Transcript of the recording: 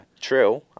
true